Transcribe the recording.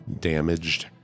damaged